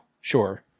sure